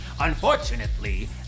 Unfortunately